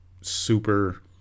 super